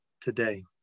today